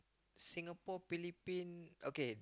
Singapore Philippine okay